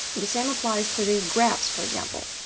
the same applies to these graphs, for example,